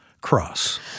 cross